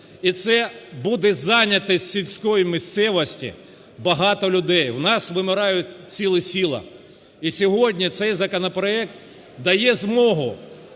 і це буде зайнятість сільської місцевості, багато людей. У нас вимирають цілі села. І сьогодні цей законопроект дає змогу